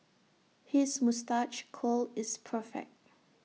his moustache curl is perfect